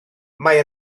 mae